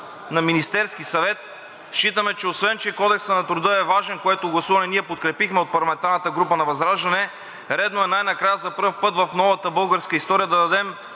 на Министерския съвет. Считаме, че освен, че Кодексът на труда е важен, което гласуване ние подкрепихме от парламентарната група на ВЪЗРАЖДАНЕ, редно е най-накрая за пръв път в новата българска история да създадем